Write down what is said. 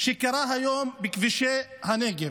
שקרה היום בכבישי הנגב.